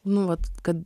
nuolat kad